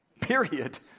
Period